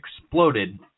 exploded